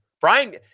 Brian